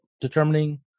determining